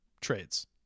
trades